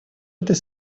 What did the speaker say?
этой